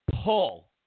pull